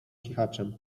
cichaczem